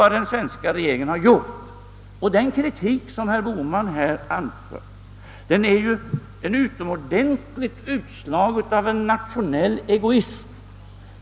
Den kritik som herr Bohman här framförde är ett märkligt utslag av nationell egiosm.